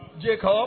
Jacob